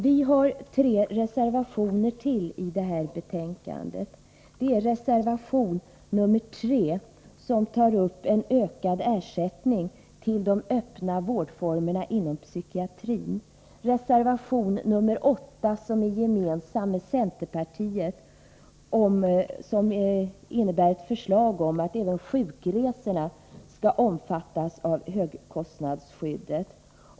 Vi har tre reservationer till i detta betänkande. Reservation 3 tar upp ökad ersättning till öppna vårdformer inom psykiatrin. Reservation 8 är gemensam med centerpartiet och innebär förslag om att även sjukresorna skall omfattas av högkostnadsskyddet.